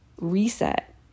reset